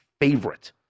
favorite